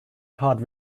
card